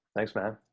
thanks, man.